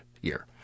year